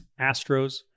Astros